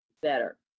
better